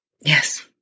Yes